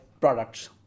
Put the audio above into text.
products